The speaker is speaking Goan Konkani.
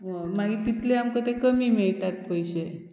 मागीर तितले आमकां ते कमी मेळटात पयशे